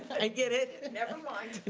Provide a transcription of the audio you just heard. i get it. nevermind.